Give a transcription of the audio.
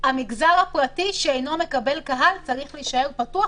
המגזר הפרטי שלא מקבל קהל צריך להישאר פתוח,